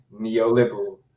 neoliberal